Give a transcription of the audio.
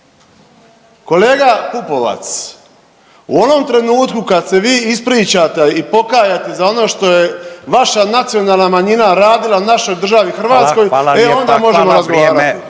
Kolega Pupovac, u onom trenutku kad se vi ispričate i pokajete za ono što je vaša nacionalna manjina radila našoj državi Hrvatskoj, e onda možemo razgovarati.